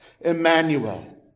Emmanuel